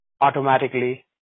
automatically